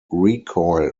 recoil